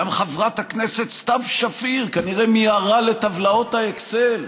גם חברת הכנסת סתיו שפיר כנראה מיהרה לטבלאות האקסל.